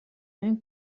même